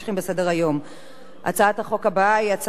הצעת החוק הבאה היא הצעת חוק זיכרון השואה והגבורה,